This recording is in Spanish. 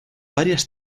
varias